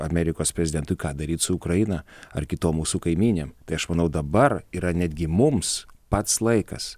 amerikos prezidentui ką daryt su ukraina ar kitom mūsų kaimynėm tai aš manau dabar yra netgi mums pats laikas